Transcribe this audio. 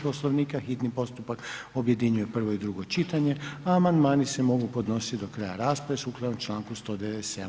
Poslovnika hitni postupak objedinjuje prvo i drugo čitanje, a amandmani se mogu podnositi do kraja rasprave sukladno Članku 197.